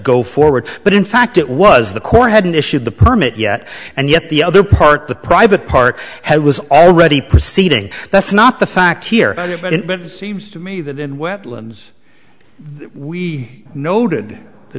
go forward but in fact it was the corps hadn't issued the permit yet and yet the other part the private part had was already proceeding that's not the fact here but it seems to me that in wet limbs we noted the